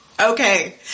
Okay